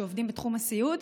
שעובדים בתחום הסיעוד,